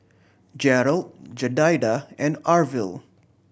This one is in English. Gerald Jedidiah and Arvil